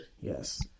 Yes